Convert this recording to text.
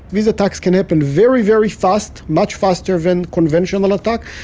these attacks can happen very very fast, much faster than conventional attack.